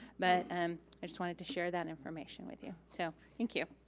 but um i just wanted to share that information with you. so thank you.